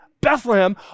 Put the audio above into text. Bethlehem